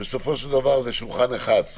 זה בסופו של דבר הכול ממשלה,